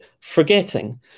forgetting